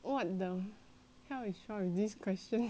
what the hell is wrong with this question